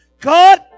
God